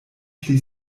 pli